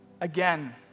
again